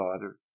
father